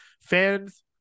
Fans